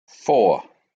four